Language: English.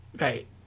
Right